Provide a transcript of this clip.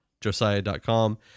josiah.com